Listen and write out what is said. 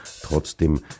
Trotzdem